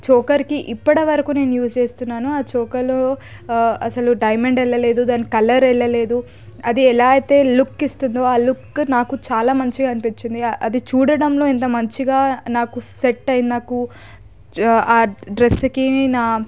చోకర్కి ఇప్పటివరకు నేను యూస్ చేస్తున్నాను ఆ చోకర్లో అసలు డైమండ్ వెళ్ళలేదు దాని కలర్ వెళ్ళలేదు అది ఎలా అయితే లుక్ ఇస్తుందో ఆ లుక్ నాకు చాలా మంచిది అనిపించింది అది చూడడంలో ఎంత మంచిగా నాకు సెట్ అయింది నాకు డ్రెస్కి నా